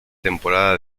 temporada